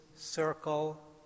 circle